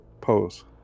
pose